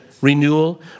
renewal